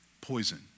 poison